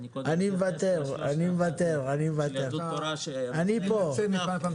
אני מתנצל שאני צריך ללכת לוועדת החוקה.